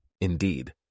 Indeed